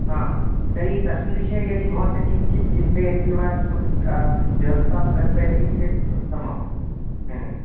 हा तर्हि तस्मिन् विषये भवन्तः किञ्चित् चिन्तयन्ति वा किमपि का व्यवस्थां कल्पयति चेत् उत्तमं